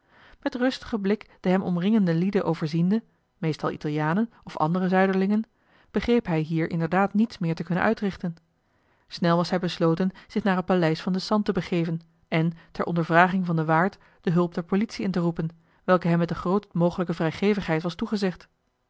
met rustigen blik de hem omringende lieden overziende meestal italianen of andere zuiderlingen begreep hij hier inderdaad niets meer te kunnen uitrichten snel was hij besloten zich naar het paleis van den sant te begeven en ter ondervraging van den waard de hulp der politie in te roepen welke hem met de grootst mogelijke vrijgevigheid was toegezegd